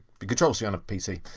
but control c on a pc.